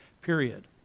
period